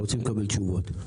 ורוצים לקבל תשובות.